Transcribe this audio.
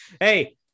Hey